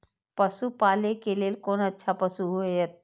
पशु पालै के लेल कोन अच्छा पशु होयत?